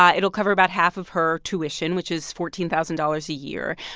um it'll cover about half of her tuition, which is fourteen thousand dollars a year.